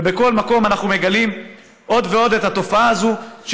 ובכל מקום אנחנו מגלים עוד ועוד את התופעה הזאת,